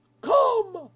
come